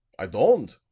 i don'd,